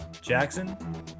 Jackson